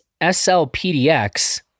SLPDX